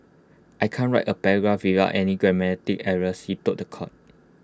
I can't write A paragraph without any grammatic errors he told The Court